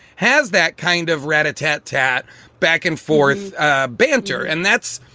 has that kind of rat a tat tat back and forth banter. and that's,